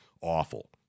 awful